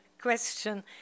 question